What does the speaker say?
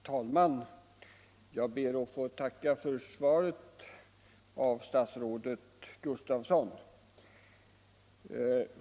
Herr talman! Jag ber att få tacka för svaret av statsrådet Gustafsson.